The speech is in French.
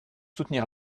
soutenir